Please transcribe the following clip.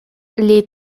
les